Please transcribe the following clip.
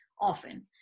often